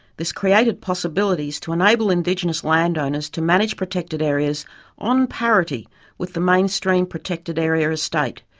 this created possibilities to enable indigenous landowners to manage protected areas on parity with the mainstream protected area estate.